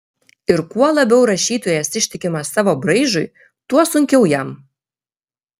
ir kuo labiau rašytojas ištikimas savo braižui tuo sunkiau jam